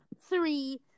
three